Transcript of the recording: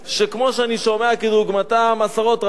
שכמו שאני שומע דוגמתם עשרות רבות,